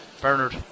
Bernard